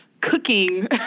cooking